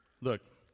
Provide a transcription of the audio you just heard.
Look